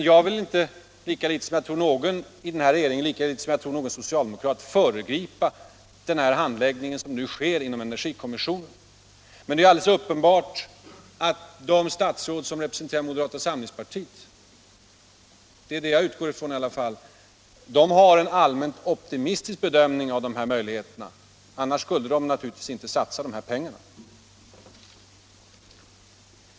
Jag vill inte — lika litet som jag tror någon i regeringen och lika litet som jag tror någon socialdemokrat — föregripa den handläggning som nu sker inom energikommissionen, men det är alldeles uppenbart att de statsråd som representerar moderata samlingspartiet — det är det jag utgår från i alla fall — har en allmänt optimistisk bedömning av möjligheterna. Annars skulle de naturligtvis inte satsa de här pengarna.